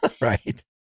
Right